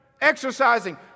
exercising